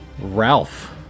Ralph